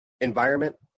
environment